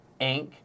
Inc